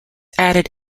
added